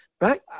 right